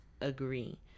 agree